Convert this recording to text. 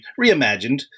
reimagined